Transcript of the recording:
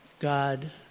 God